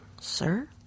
Sir